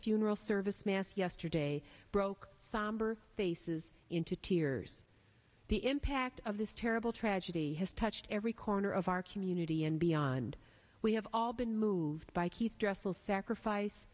funeral service mass yesterday broke somber faces into tears the impact of this terrible tragedy has touched every corner of our community and beyond we have all been moved by keith tressel sacrifice